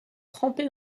trempé